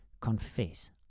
confess